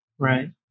right